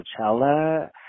Coachella